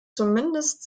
zumindest